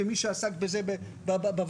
כמי שעסק בזה בוות"ת.